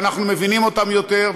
ואנחנו מבינים אותם יותר,